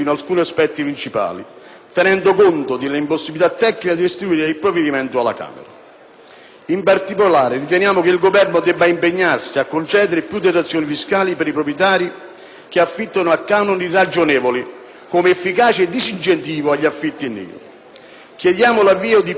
In particolare, riteniamo che il Governo debba impegnarsi a concedere più detrazioni fiscali per i proprietari che affittano a canoni ragionevoli come efficace disincentivo agli affitti in nero; chiediamo l'avvio di politiche che consentano anche ai lavoratori precari l'accesso ai mutui o alle locazioni.